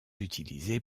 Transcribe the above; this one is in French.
utilisée